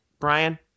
Brian